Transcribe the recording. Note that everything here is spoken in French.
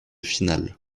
final